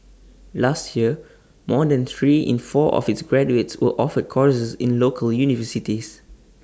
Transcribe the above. last year more than three in four of its graduates were offered courses in local universities